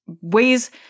ways